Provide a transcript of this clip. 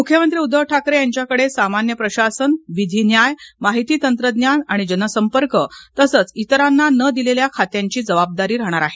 मुख्य मंत्री उद्दव ठाकरे यांच्या कडे सामान्य प्रशासन विधी न्याय माहिती तंत्रज्ञान आणि जनसंपर्क तसंच इतरांना न दिलेल्या खात्यांची जबाबदारी राहणार आहे